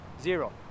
Zero